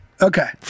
Okay